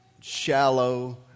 shallow